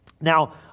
Now